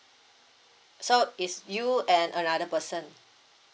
so it's you and another person